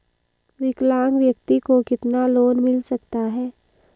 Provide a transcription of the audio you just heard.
विकलांग व्यक्ति को कितना लोंन मिल सकता है?